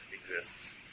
exists